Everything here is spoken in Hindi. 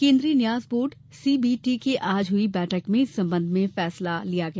केन्द्रीय न्यास बोर्ड सीबीटी की आज हुई बैठक में इस संबंध में फैसला लिया गया